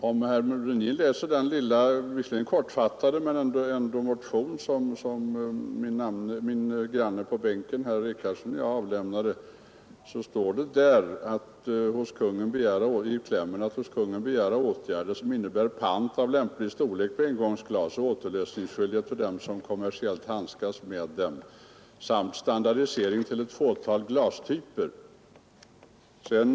Om herr Brundin läser den — låt vara kortfattade — motion som min bänkgranne herr Richardson och jag avlämnat skall han finna att vi där hemställer ”att riksdagen måtte besluta att hos Kungl. Maj:t begära åtgärder, som innebär pant av lämplig storlek på engångsglas och återlösningsskyldighet för dem som kommersiellt handskas med dem samt standardisering till ett fåtal glastyper”.